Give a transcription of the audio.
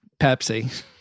Pepsi